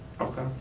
Okay